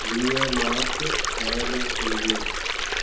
वीह मार्च ॿ हज़ार टेवीह